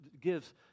gives